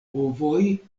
ovoj